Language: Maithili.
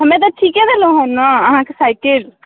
हमे तऽ ठीके देलहुँ ने अहाँके साइकिल